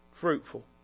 Fruitful